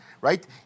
right